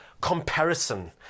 Comparison